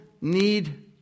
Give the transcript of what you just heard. need